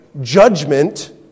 Judgment